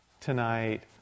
tonight